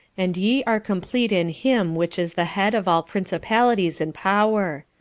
and ye are compleat in him which is the head of all principalities and power.